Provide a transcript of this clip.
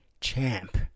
champ